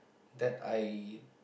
that I